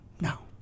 now